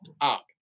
up